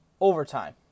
overtime